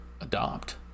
adopt